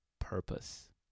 purpose